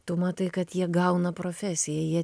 tu matai kad jie gauna profesiją jie